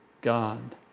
God